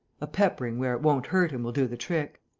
a peppering where it won't hurt him will do the trick.